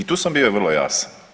I tu sam bio vrlo jasan.